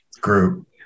group